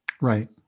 Right